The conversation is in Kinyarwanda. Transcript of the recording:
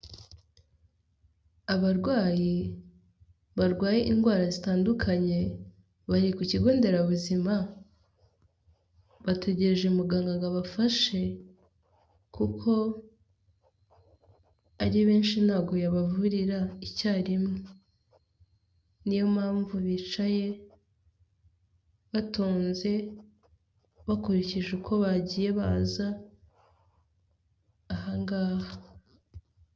Abarwayi barwaye indwara zitandukanye bari ku kigo nderabuzima, bategereje muganga ngo abafashe, kuko ari benshi, ntago yabavurira icyarimwe. Ni yo mpamvu bicaye, batonze, bakurikije uko bagiye baza ahangaha.